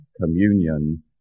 communion